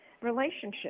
relationship